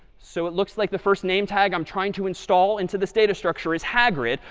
so it looks like the first name tag i'm trying to install into this data structure is hagrid.